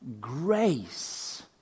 grace